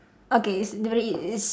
okay it's very it's